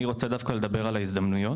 אני רוצה דווקא לדבר על ההזדמנויות.